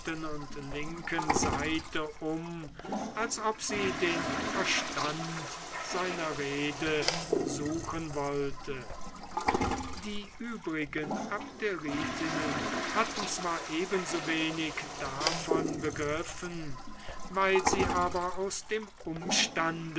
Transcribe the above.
und linken seite um als ob sie den verstand seiner rede suchen wollte die übrigen abderitinnen hatten zwar eben so wenig davon begriffen weil sie aber aus dem umstande